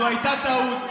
זו הייתה טעות,